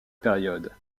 période